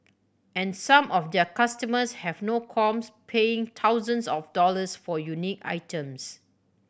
and some of their customers have no qualms paying thousands of dollars for unique items